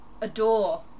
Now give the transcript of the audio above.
adore